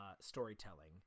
storytelling